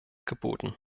geboten